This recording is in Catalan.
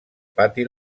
pati